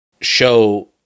show